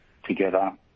together